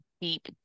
deep